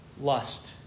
lust